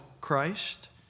Christ